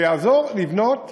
והוא יעזור לבנות